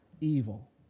evil